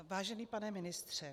Vážený pane ministře.